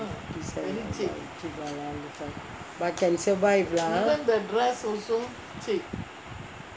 cheap lah but can survive lah